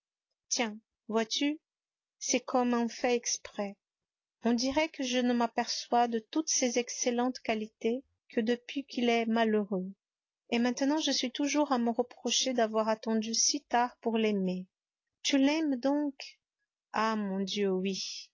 tiens vois-tu c'est comme un fait exprès on dirait que je ne m'aperçois de toutes ses excellentes qualités que depuis qu'il est malheureux et maintenant je suis toujours à me reprocher d'avoir attendu si tard pour l'aimer tu l'aimes donc ah mon dieu oui